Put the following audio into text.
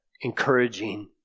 encouraging